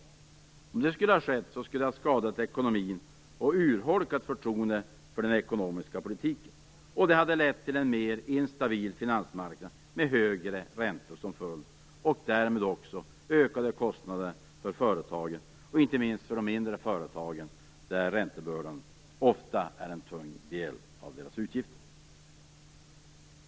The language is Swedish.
Om det skulle ha skett skulle det ha skadat ekonomin och urholkat förtroendet för den ekonomiska politiken. Det hade lett till en mer instabil finansmarknad med högre räntor som följd och därmed också ökade kostnader för företagen och inte minst för de mindre företagen där räntebördan ofta är en stor del av utgifterna.